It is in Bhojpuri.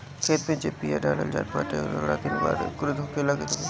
खेते में जब बिया डालल जात बाटे तअ उ थोड़ दिन बाद अंकुरित होखे लागत हवे